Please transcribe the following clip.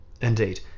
Indeed